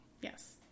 Yes